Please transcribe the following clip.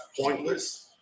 pointless